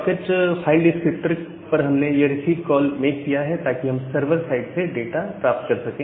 socket file descriptor पर हमने यह रिसीव कॉल मेक किया है ताकि हम सर्वर साइड से डाटा प्राप्त कर सकें